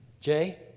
Jay